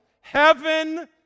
heaven